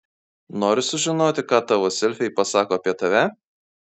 nori sužinoti ką tavo selfiai pasako apie tave